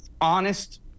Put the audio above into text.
honest